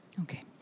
Okay